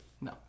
No